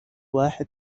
واحد